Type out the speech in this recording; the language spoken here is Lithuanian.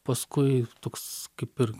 paskui toks kaip ir